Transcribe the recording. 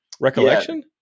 recollection